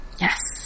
Yes